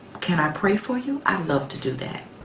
can i pray for you? i'd love to do that.